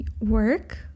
work